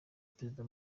perezida